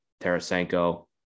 Tarasenko